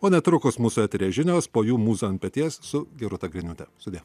o netrukus mūsų eteryje žinios po jų mūza ant peties su gerūta griniūte sudie